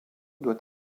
doit